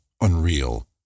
unreal